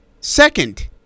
Second